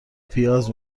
پیاز